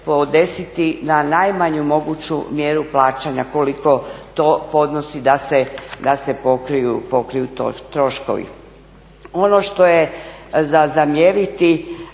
podesiti na najmanju moguću mjeru plaćanja koliko to podnosi da se pokriju troškovi. Ono što je za zamjeriti,